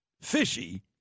fishy